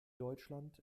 deutschland